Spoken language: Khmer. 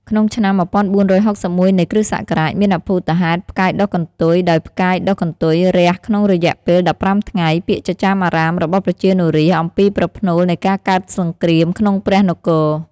ក្នុងឆ្នាំ ១៤៦១ នៃគ.សករាជ មានអភូតហេតុផ្កាយដុះកន្ទុយដោយផ្កាយដុះកន្ទុយរះក្នុងរយៈពេល ១៥ថ្ងៃ ពាក្យចចាមអារ៉ាមរបស់ប្រជានុរាស្ត្រអំពីប្រផ្នូលនៃការកើតសង្គ្រាមក្នុងព្រះនគរ។